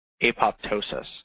apoptosis